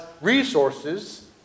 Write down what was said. resources